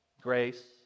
Grace